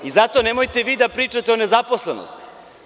Zato nemojte vi da pričate o nezaposlenosti.